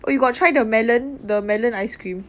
oh you got try the melon the melon ice cream